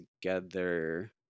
together